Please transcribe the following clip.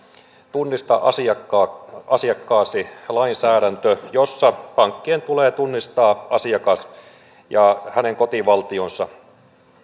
tunnista asiakkaasi lainsäädäntö jossa pankkien tulee tunnistaa asiakas ja hänen kotivaltionsa